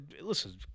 listen